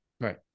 Right